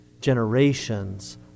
generations